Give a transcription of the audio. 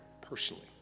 personally